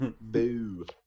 Boo